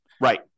Right